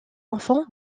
enfants